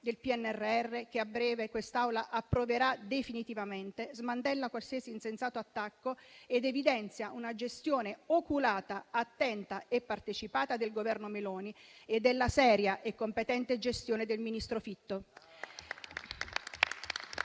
del PNRR, che a breve quest'Aula approverà definitivamente, smantella qualsiasi insensato attacco ed evidenzia una gestione oculata, attenta e partecipata del Governo Meloni e della seria e competente gestione del ministro Fitto.